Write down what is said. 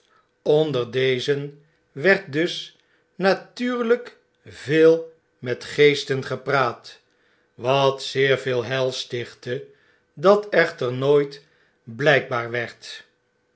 onder dezen werd dus natuurlgk veel met geesten gepraat wat zeer veel heil stichtte dat echter nooit blgkbaar werd